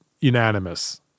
unanimous